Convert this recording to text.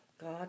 God